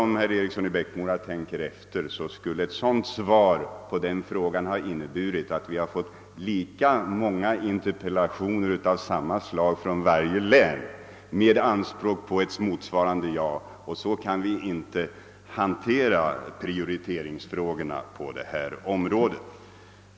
Om herr Eriksson i Bäckmora tänker efter inser han säkert att ett sådant svar skulle ha inneburit att vi fått lika många sådana interpellationer som vi har län, och alla interpellanterna skulle ha gjort anspråk på att få svaret ja. Så kan vi inte prioritera frågorna på detta område.